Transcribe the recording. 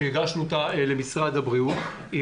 שהגשנו אותה למשרד הבריאות.